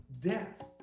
death